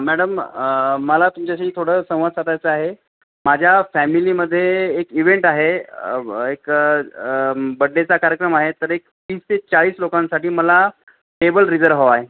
madam मला तुमच्याशी थोडं संवाद साधायचा आहे माझ्या फॅमिलीमध्ये एक इवे्ंट आहे एक बड्डेचा कार्यक्रम आहे तर एक तीस ते चाळीस लोकांसाठी मला टेबल रिझर्व हवा आहे